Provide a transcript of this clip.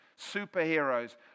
Superheroes